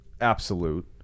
absolute